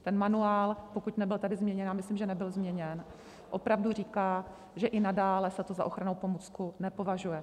Ten manuál, pokud nebyl tedy změněn, já myslím, že nebyl změněn, opravdu říká, že i nadále se to za ochrannou pomůcku nepovažuje.